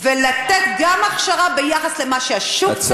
ולתת הכשרה ביחס למה שהשוק צריך.